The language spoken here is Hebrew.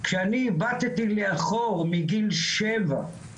כשאני הבטתי לאחור מגיל שבע,